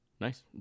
nice